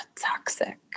toxic